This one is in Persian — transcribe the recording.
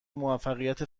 موفقیت